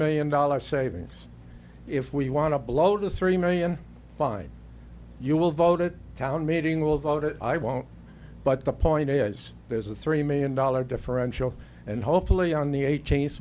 million dollars savings if we want to blow to three million fine you will vote at town meeting will vote i won't but the point is there's a three million dollar differential and hopefully on the